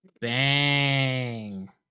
Bang